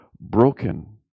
broken